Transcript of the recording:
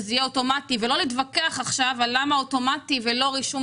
שזה יהיה אוטומטי ולא להתווכח עכשיו על למה אוטומטי ולא רישום